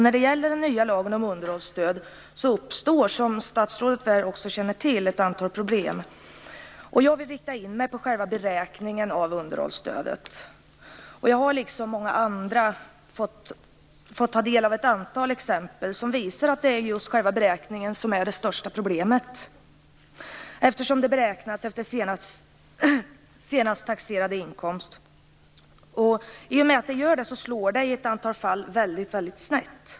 När det gäller den nya lagen om underhållsstöd uppstår, som statsrådet också väl känner till, ett antal problem. Jag vill rikta in mig på själva beräkningen av underhållsstödet. Jag har liksom många andra fått ta del av ett antal exempel som visar att det just är själva beräkningen som är det största problemet, eftersom man beräknar efter senast taxerade inkomst. I och med att detta görs slår det i ett antal fall väldigt snett.